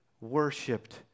worshipped